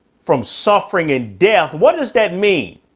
from suffering and death, what does that mean?